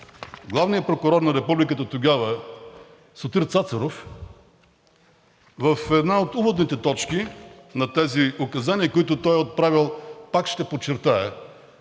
главният прокурор на Републиката тогава – Сотир Цацаров – в една от уводните точки на тези указания, които той е отправил – пак ще подчертая